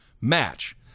match